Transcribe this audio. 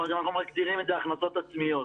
או מה שאנחנו מגדירים הכנסות עצמיות.